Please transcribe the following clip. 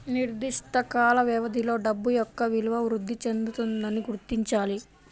నిర్దిష్ట కాల వ్యవధిలో డబ్బు యొక్క విలువ వృద్ధి చెందుతుందని గుర్తించాలి